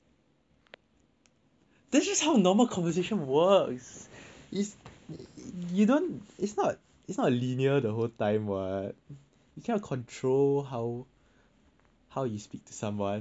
this is just how normal conversation works it's you know it's not it's not linear the whole time what it's not controlled how how you speak to someone